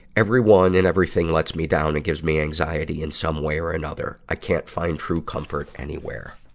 everyone and everything lets me down and gives me anxiety in some way or another. i can't find true comfort anywhere.